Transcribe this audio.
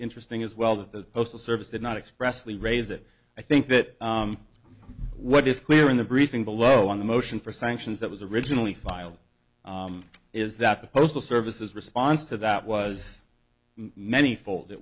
interesting as well that the postal service did not express the raise it i think that what is clear in the briefing below on the motion for sanctions that was originally filed is that the postal service is response to that was many